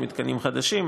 זה מתקנים חדשים,